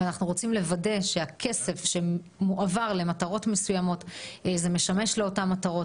אנחנו רוצים לוודא שהכסף שמועבר למטרות מסוימות משמש לאותן מטרות.